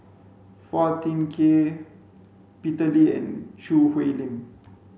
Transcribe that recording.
Phua Thin Kiay Peter Lee and Choo Hwee Lim